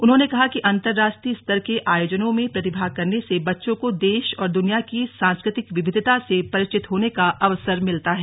उन्होंने कहा कि अन्तराष्ट्रीय स्तर के आयोजनों में प्रतिभाग करने से बच्चों को देश और दुनिया की सांस्कृतिक विविधता से परिचित होने का अवसर मिलता है